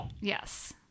Yes